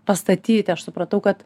pastatyti aš supratau kad